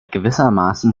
gewissermaßen